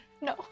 No